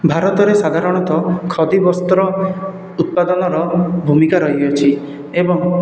ଭାରତରେ ସାଧାରଣତଃ ଖଦି ବସ୍ତ୍ର ଉତ୍ପାଦନର ଭୂମିକା ରହିଅଛି ଏବଂ